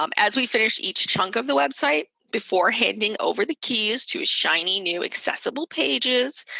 um as we finish each chunk of the website, before handing over the keys to a shiny new accessible pages,